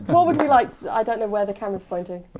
what would we like? i don't know where the camera's pointing.